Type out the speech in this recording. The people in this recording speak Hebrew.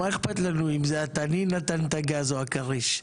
מה אכפת לנו אם זה התנין נתן את הגז או הכריש?